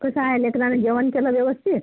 कसं आहे लेकराने जेवण केलं व्यवस्थित